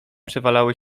przewalały